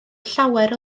llawer